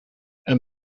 een